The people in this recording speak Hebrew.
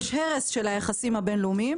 יש הרס של היחסים הבין-לאומיים.